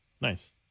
Nice